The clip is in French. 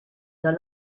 dans